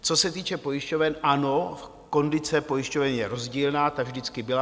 Co se týče pojišťoven, ano, kondice pojišťoven je rozdílná, to vždycky byla.